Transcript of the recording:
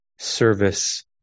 service